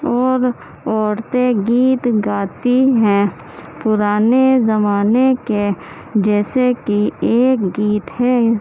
اور عورتیں گیت گاتی ہیں پُرانے زمانے كے جیسے كہ ایک گیت ہے